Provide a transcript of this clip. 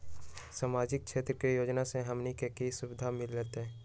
सामाजिक क्षेत्र के योजना से हमनी के की सुविधा मिलतै?